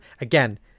again